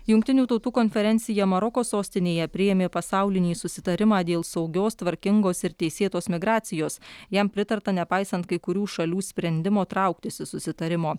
jungtinių tautų konferencija maroko sostinėje priėmė pasaulinį susitarimą dėl saugios tvarkingos ir teisėtos migracijos jam pritarta nepaisant kai kurių šalių sprendimo trauktis iš susitarimo